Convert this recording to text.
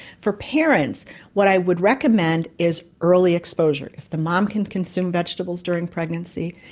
for parents what i would recommend is early exposure. if the mom can consume vegetables during pregnancy,